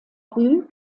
rue